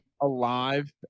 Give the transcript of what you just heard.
alive